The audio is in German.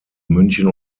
münchen